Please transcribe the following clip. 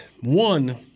One